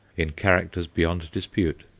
in characters beyond dispute.